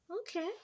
Okay